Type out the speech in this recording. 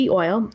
oil